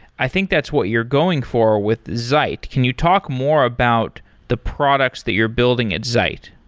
i think that's what you're going for with zeit. can you talk more about the products that you're building at zeit?